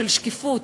של שקיפות,